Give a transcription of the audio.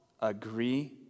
agree